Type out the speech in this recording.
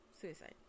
Suicide